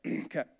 Okay